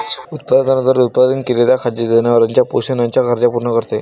उत्पादनाद्वारे उत्पादित केलेले खाद्य जनावरांच्या पोषणाच्या गरजा पूर्ण करते